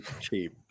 cheap